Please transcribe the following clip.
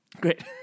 Great